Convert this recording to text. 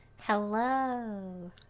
Hello